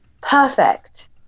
perfect